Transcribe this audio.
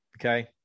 Okay